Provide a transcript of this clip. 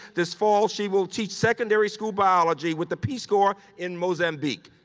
this fall, she will teach secondary school biology with the peace corps in mozambique.